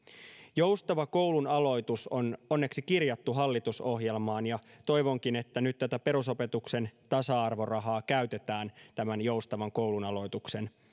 joustava koulunaloitus on onneksi kirjattu hallitusohjelmaan ja toivonkin että nyt tätä perusopetuksen tasa arvorahaa käytetään tämän joustavan koulunaloituksen